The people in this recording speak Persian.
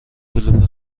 کلوب